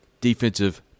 defensive